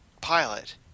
pilot